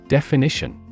Definition